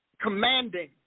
commanding